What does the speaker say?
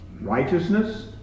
righteousness